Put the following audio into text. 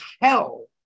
hell